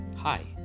Hi